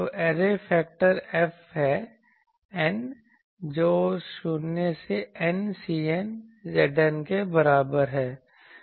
तो array factor F है n जो 0 से N Cn Zn के बराबर है